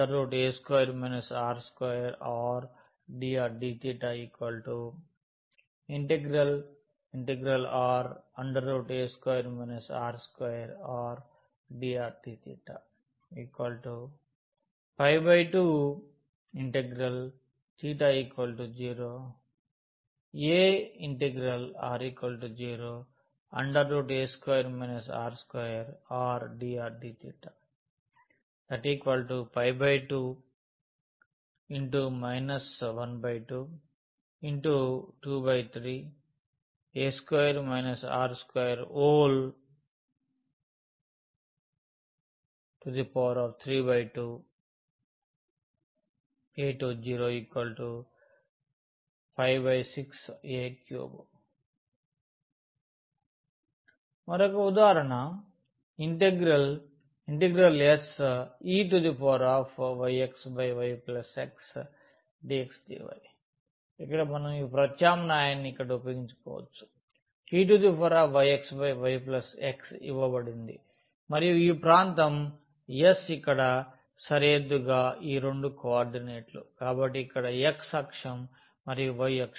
Ra2 r2r dr dθ Ra2 r2r dr dθ θ 02r 0aa2 r2r dr dθ 2 1223a2 r232|0ఎ 6a3 మరొక ఉదాహరణ Seyxy xdx dy ఇక్కడ మనం ఈ ప్రత్యామ్నాయాన్ని ఇక్కడ ఉపయోగించుకోవచ్చు eyxy x ఇవ్వబడింది మరియు ఈ ప్రాంతం s ఇక్కడ సరిహద్దుగా ఈ రెండు కోఆర్డినేట్లు కాబట్టి ఇక్కడ x అక్షం మరియు y అక్షం